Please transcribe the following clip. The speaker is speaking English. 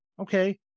Okay